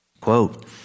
Quote